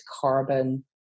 carbon